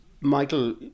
Michael